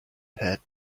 pit